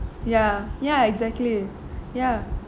ya ya exactly ya